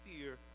fear